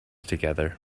together